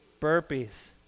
burpees